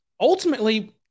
ultimately